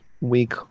week